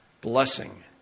blessing